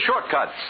shortcuts